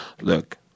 Look